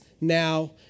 now